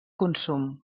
consum